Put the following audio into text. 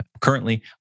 currently